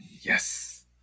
Yes